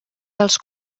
dels